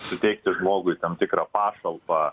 suteikti žmogui tam tikrą pašalpą